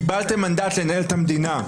קיבלתם מנדט לנהל את המדינה.